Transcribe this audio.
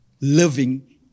living